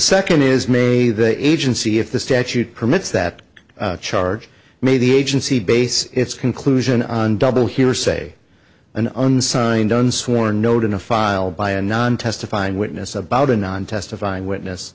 second is may the agency if the statute permits that charge made the agency base its conclusion on double hearsay an unsigned done swore note in a filed by a non testifying witness about a non testifying witness